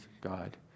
God